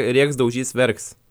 rėks daužys verks